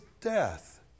death